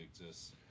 exists